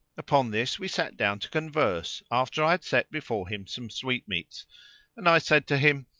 upon this we sat down to converse after i had set before him some sweetmeats and i said to him,